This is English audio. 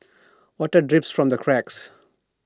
water drips from the cracks